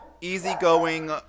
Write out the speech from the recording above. easygoing